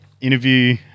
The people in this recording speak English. interview